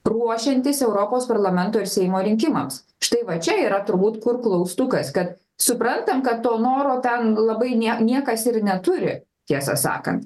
ruošiantis europos parlamento ir seimo rinkimams štai va čia yra turbūt kur klaustukas kad suprantam kad to noro ten labai nie niekas ir neturi tiesą sakant